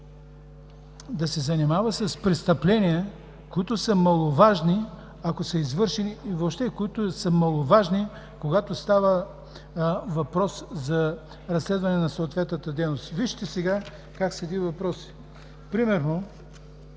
да се занимава с престъпления, които са маловажни, ако са извършени, и въобще, които са маловажни, когато става въпрос за разследване на съответната дейност. Вижте как стои въпросът. Примерно